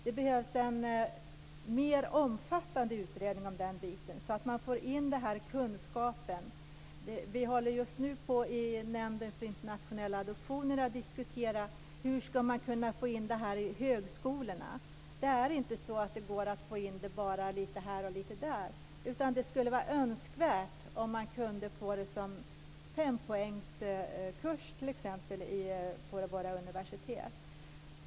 Det behövs en mer omfattande utredning om den biten, så att man får in denna kunskap. Vi diskuterar just nu i Nämnden för internationella adoptioner hur man ska kunna få in detta ämne på högskolorna. Det går inte bara att lägga in lite här och lite där, utan det skulle vara önskvärt om man kunde få en fempoängskurs, t.ex., på våra universitet.